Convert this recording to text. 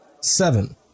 Seven